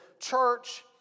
church